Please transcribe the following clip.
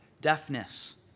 deafness